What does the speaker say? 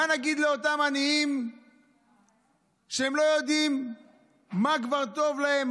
מה נגיד לאותם עניים שכבר לא יודעים מה טוב להם,